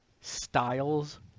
styles